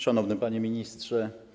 Szanowny Panie Ministrze!